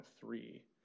three